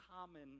common